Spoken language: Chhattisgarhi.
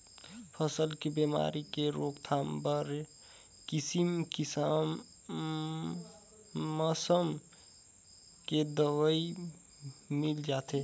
फसल के बेमारी के रोकथाम बर किसिम किसम के दवई मिल जाथे